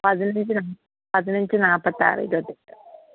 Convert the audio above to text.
പതിനഞ്ച് പതിനഞ്ച് നാൽപ്പത്താറ് ഇരുപത്തിയെട്ട്